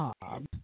Bob